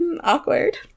awkward